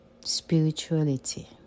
Spirituality